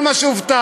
כל מה שהובטח,